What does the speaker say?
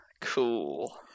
cool